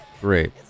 great